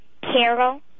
Carol